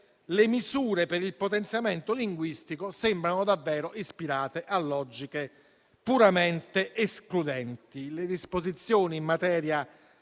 le misure per il potenziamento linguistico sembrano davvero ispirate a logiche puramente escludenti.